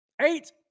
Eight